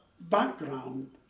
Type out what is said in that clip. background